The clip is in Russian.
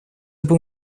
был